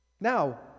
Now